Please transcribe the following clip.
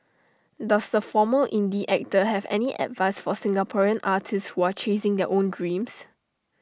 does the former indie actor have any advice for Singaporean artists were chasing their own dreams